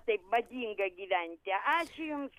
taip madinga gyventi ačiū jums